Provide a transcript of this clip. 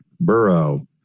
Burrow